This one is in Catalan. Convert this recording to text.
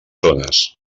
zones